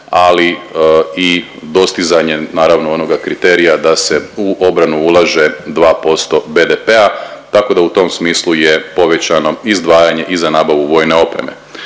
ali i dostizanje naravno onoga kriterija da se u obranu ulaže 2% BDP-a, tako da u tom smislu je povećano izdvajanje i za nabavu vojne opreme.